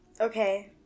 Okay